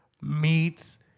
meats